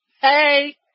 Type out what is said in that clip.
Hey